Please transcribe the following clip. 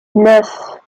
neuf